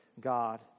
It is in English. God